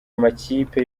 amakipe